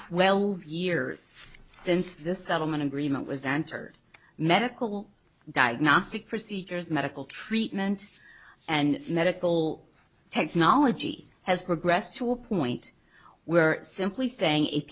twelve years since this settlement agreement was entered medical diagnostic procedures medical treatment and medical technology has progressed to a point where simply saying